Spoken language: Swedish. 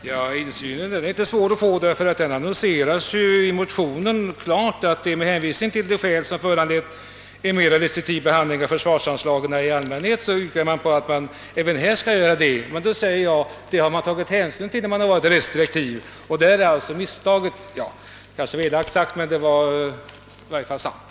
Herr talman! Insynen är inte svår att få, därför att det annonseras klart i motionen att med hänvisning till de skäl som föranlett en mera restriktiv behandling av försvarsanslagen i allmänhet utgår man från att så även skall kunna ske härvidlag. Då säger jag att detta har man redan tagit hänsyn till när man varit restriktiv — där är alltså misstaget. Det kanske var elakt sagt, men det var i varje fall sant.